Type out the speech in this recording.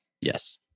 Yes